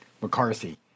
McCarthy